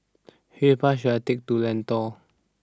which bus should I take to Lentor